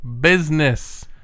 business